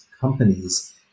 companies